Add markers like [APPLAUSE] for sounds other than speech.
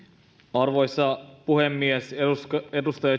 arvoisa puhemies edustaja [UNINTELLIGIBLE]